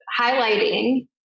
highlighting